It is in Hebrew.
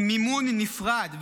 עם מימון נפרד,